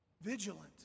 Vigilant